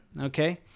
okay